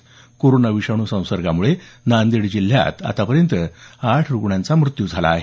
तर कोरोना विषाणू संसर्गामुळे नांदेड जिल्ह्यात आठ रुग्णांचा मृत्यू झाला आहे